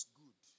good